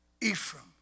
Ephraim